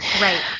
Right